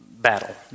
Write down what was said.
battle